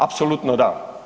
Apsolutno da.